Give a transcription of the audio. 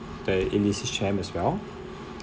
the Champ Elysees as well